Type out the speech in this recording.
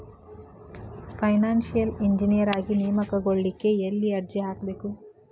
Financial engineer ಆಗಿ ನೇಮಕಗೊಳ್ಳಿಕ್ಕೆ ಯೆಲ್ಲಿ ಅರ್ಜಿಹಾಕ್ಬೇಕು?